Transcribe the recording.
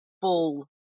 full